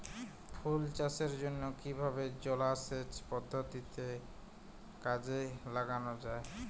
ফুল চাষের জন্য কিভাবে জলাসেচ পদ্ধতি কাজে লাগানো যাই?